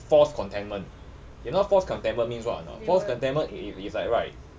false contentment you know false contentment means what or not false contentment is is like right